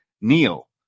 Neil